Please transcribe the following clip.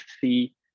see